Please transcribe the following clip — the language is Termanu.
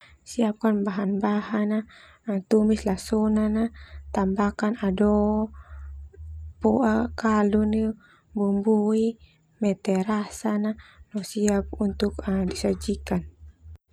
Siapkan bahan bahan na, tumis lasona, tambahkan ado, poa kaldu neu, bumbui, mete rasa na ma siap untuk disajikan.